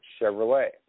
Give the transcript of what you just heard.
Chevrolet